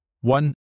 One